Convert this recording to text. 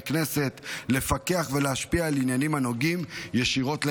כנסת לפקח ולהשפיע על עניינים הנוגעים ישירות לאזרחינו.